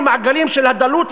המעגלים של הדלות,